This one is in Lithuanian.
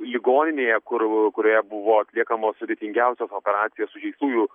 ligoninėje kur kurioje buvo atliekamos sudėtingiausios operacijos sužeistųjų